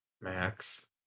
max